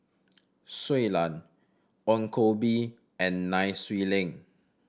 Shui Lan Ong Koh Bee and Nai Swee Leng